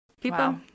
People